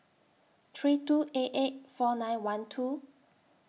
three two eight eight four nine one two